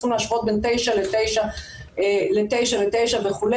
צריכים להשוות בין 09:00 ל-09:00 וכו',